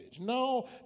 No